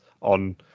on